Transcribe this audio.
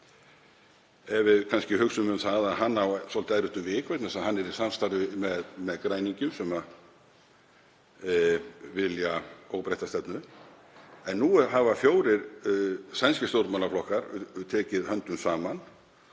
ef við hugsum um það að hann á svolítið erfitt um vik vegna þess að hann er í samstarfi með Græningjum sem vilja óbreytta stefnu, að nú hafa fjórir sænskir stjórnmálaflokkar tekið höndum saman